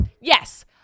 Yes